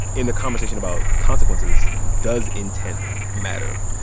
in the conversation about consequences, does intent matter?